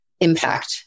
impact